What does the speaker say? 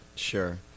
Sure